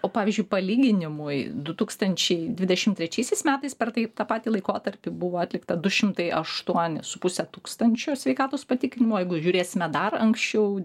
o pavyzdžiui palyginimui du tūkstančiai dvidešimt trečiaisiais metais per taip tą patį laikotarpį buvo atlikta du šimtai aštuoni su puse tūkstančio sveikatos patikrinimų o jeigu žiūrėsime dar anksčiau